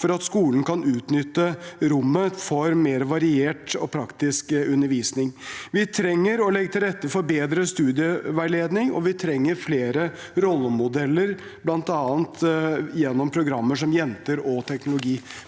for at skolen skal kunne utnytte det til mer variert og praktisk un dervisning. Vi trenger å legge til rette for bedre studieveiledning, og vi trenger flere rollemodeller, bl.a. gjennom programmer som Jenter og teknologi.